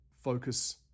focus